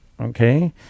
okay